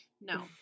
no